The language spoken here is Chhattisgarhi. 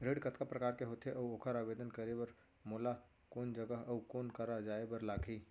ऋण कतका प्रकार के होथे अऊ ओखर आवेदन करे बर मोला कोन जगह अऊ कोन करा जाए बर लागही?